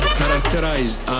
characterized